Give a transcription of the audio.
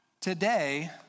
Today